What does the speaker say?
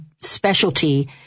specialty